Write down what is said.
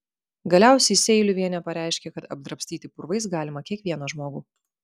galiausiai seiliuvienė pareiškė kad apdrabstyti purvais galima kiekvieną žmogų